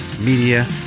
media